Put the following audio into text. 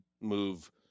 move